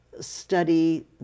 Study